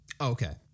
Okay